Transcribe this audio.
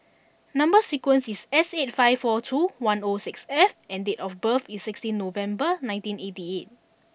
number sequence is S eighty five four two one O six F and date of birth is sixteen November nineteen eighty eight